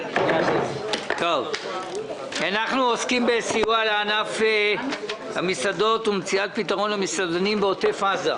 אנחנו עוסקים בסיוע לענף המסעדות ומציאת פתרון למסעדנים בעוטף עזה.